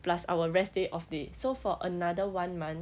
plus our rest day off day so for another one month